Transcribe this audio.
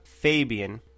Fabian